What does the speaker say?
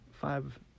five